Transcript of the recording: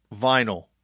vinyl